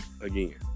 again